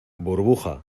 burbuja